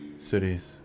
cities